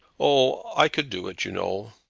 oh! i could do it, you know.